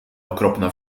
okropna